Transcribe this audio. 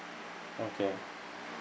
okay